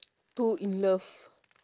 too in love